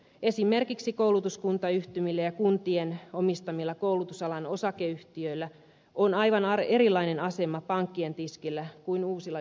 esimerkiksi koulutuskuntayhtymillä ja kuntien omistamilla koulutusalan osakeyhtiöillä on aivan erilainen asema pankkien tiskillä kuin uusilla yliopistoilla